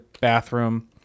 bathroom